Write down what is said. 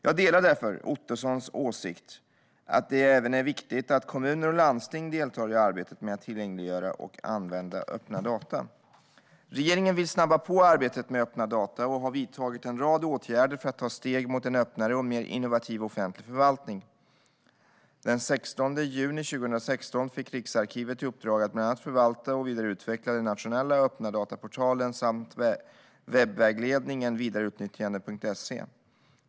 Jag delar därför Ottosons åsikt att det även är viktigt att kommuner och landsting deltar i arbetet med att tillgängliggöra och använda öppna data. Regeringen vill snabba på arbetet med öppna data och har vidtagit en rad åtgärder för att ta steg mot en öppnare och mer innovativ offentlig förvaltning. Den 16 juni 2016 fick Riksarkivet i uppdrag att bland annat förvalta och vidareutveckla den nationella öppna data-portalen samt webbvägledningen vidareutnyttjande.se.